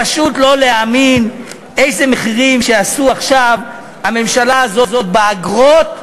פשוט לא להאמין איזה מחירים עשתה עכשיו הממשלה הזאת באגרות,